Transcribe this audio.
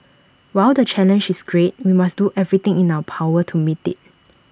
while the challenge is great we must do everything in our power to meet IT